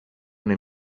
una